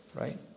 right